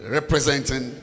Representing